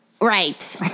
Right